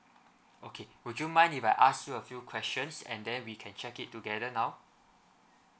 okay would you mind if I ask you a few questions and then we can check it together now